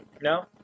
No